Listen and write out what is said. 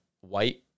White